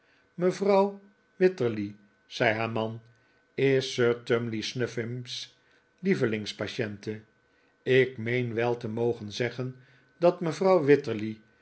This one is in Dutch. mevrouw wititterly zei haar man is sir tumley snuffim's lievelings patiente ik meen wel te mogen zeggen dat mevrouw wititterly